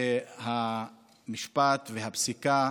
שהמשפט והפסיקה